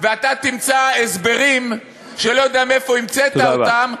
ואתה תמצא הסברים שאני לא יודע מאיפה המצאת אותם,